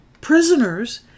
prisoners